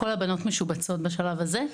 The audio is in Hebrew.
כל הבנות משובצות בשלב הזה,